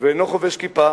ואינו חובש כיפה